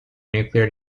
nuclear